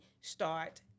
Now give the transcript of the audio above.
start